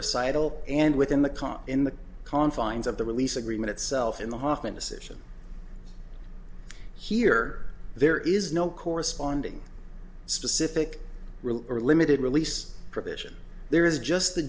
recital and within the car in the confines of the release agreement itself in the hofmann decision here there is no corresponding specific rule or limited release provision there is just